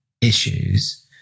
issues